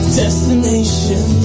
destination